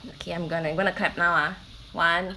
okay I'm gonna I'm going to clap now ah one